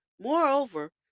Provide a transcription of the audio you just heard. Moreover